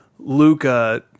Luca